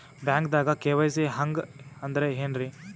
ಬ್ಯಾಂಕ್ದಾಗ ಕೆ.ವೈ.ಸಿ ಹಂಗ್ ಅಂದ್ರೆ ಏನ್ರೀ?